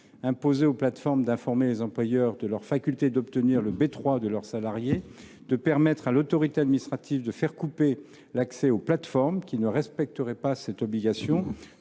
imposer aux plateformes d’informer les employeurs de leur faculté d’obtenir le bulletin n° 3 de leurs salariés ; permettre à l’autorité administrative de faire couper l’accès aux plateformes qui ne respecteraient pas cette obligation